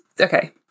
Okay